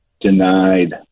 denied